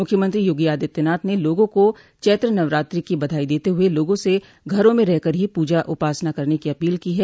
मुख्यमंत्री योगी आदित्यनाथ ने लोगों को चैत्र नवरात्रि की बधाई देते हुए लोगों से घरों में रहकर ही पूजा उपासना करने की अपील की है